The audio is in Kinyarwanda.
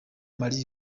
marie